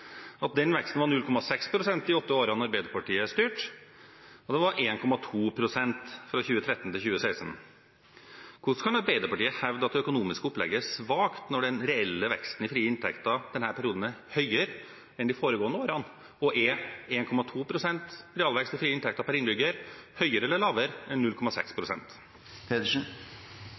når den reelle veksten i frie inntekter i denne perioden har vært høyere enn i de foregående årene? Er 1,2 pst. realvekst i frie inntekter per innbygger høyere eller lavere enn